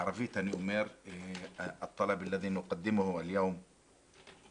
בערבית אני אומר (תרגום): הבקשה שאנו מגישים היום לוועדת